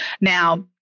Now